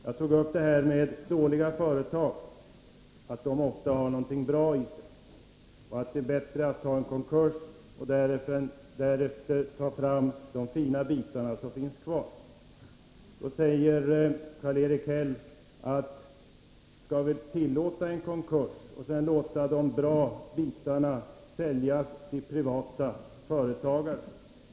Jag tog upp det förhållandet att dåliga företag ofta har något bra i sig och att det är bättre att ta en konkurs och därefter ta fram de fina bitarna som finns kvar. Då säger Karl-Erik Häll: Skall vi tillåta en konkurs och sedan låta de bra bitarna säljas till privata företagare?